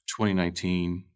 2019